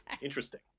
Interesting